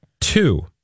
Two